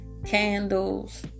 candles